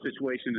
situation